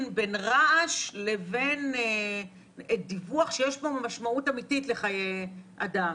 בין רעש לבין דיווח שיש בו משמעות אמיתית לחיי אדם.